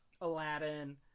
aladdin